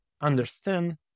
understand